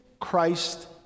Christ